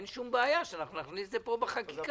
אין שום בעיה שנכניס את זה כאן בחקיקה.